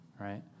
right